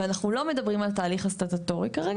ואנחנו לא מדברים על התהליך הסטטוטורי כרגע,